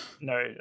No